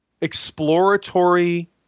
exploratory